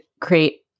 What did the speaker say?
create